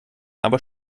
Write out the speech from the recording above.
aber